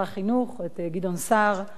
את גדעון סער,